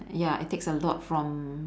ya it takes a lot from